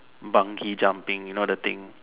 Bungee jumping you know the thing